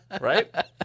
Right